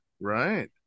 Right